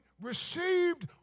received